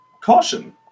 Caution